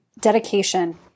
dedication